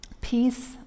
peace